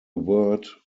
word